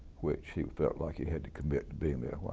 which he felt like had to commit to being there a while,